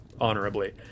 honorably